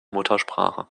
muttersprache